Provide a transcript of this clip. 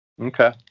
okay